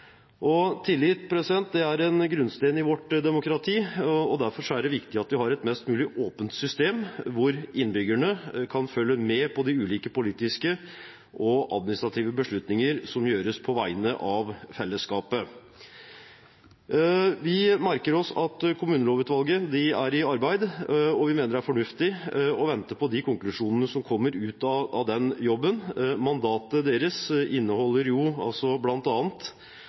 Tillit er en grunnstein i vårt demokrati, og derfor er det viktig at vi har et mest mulig åpent system hvor innbyggerne kan følge med på de ulike politiske og administrative beslutninger som gjøres på vegne av fellesskapet. Vi merker oss at Kommunelovutvalget er i arbeid, og vi mener det er fornuftig å vente på de konklusjonene som kommer ut av den jobben. Mandatet deres inneholder